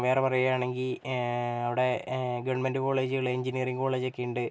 വേറെ പറയുവാണെങ്കിൽ അവിടെ ഗവൺമെൻറ്റ് കോളേജുകൾ എൻജിനീയറിങ് കോളേജൊക്കെയുണ്ട്